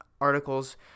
articles –